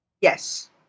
yes